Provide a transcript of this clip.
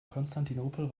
konstantinopel